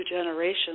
generations